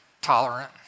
Tolerant